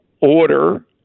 order